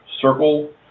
circle